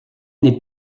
n’est